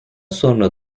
sonra